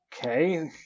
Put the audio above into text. okay